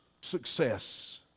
success